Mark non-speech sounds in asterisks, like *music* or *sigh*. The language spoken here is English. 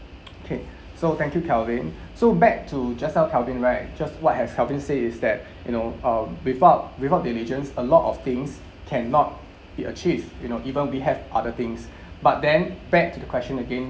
*noise* okay so thank you calvin so back to just now calvin right just what have calvin said is that you know um without without diligence a lot of things cannot be achieved you know even we have other things *breath* but then back to the question again